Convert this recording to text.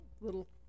little